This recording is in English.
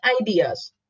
ideas